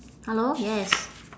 hello yes